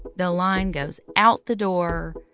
the line goes out the door,